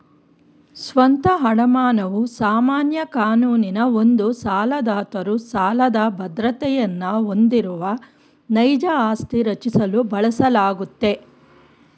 ಸ್ವಂತ ಅಡಮಾನವು ಸಾಮಾನ್ಯ ಕಾನೂನಿನ ಒಂದು ಸಾಲದಾತರು ಸಾಲದ ಬದ್ರತೆಯನ್ನ ಹೊಂದಿರುವ ನೈಜ ಆಸ್ತಿ ರಚಿಸಲು ಬಳಸಲಾಗುತ್ತೆ